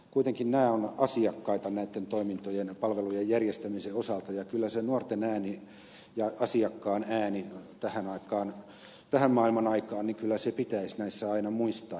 kuitenkin he ovat asiakkaita näitten toimintojen palvelujen järjestämisen osalta ja kyllä se nuorten ääni ja asiakkaan ääni tähän maailmanaikaan pitäisi näissä aina muistaa